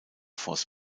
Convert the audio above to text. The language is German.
force